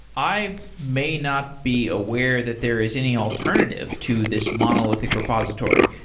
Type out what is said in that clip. i may not be aware that there is any alternative to this monolithic repository.